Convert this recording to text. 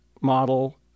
model